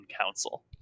council